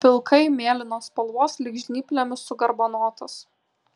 pilkai mėlynos spalvos lyg žnyplėmis sugarbanotas